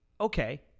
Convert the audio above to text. Okay